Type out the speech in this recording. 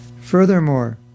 Furthermore